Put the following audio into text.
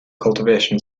cultivation